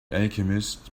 alchemist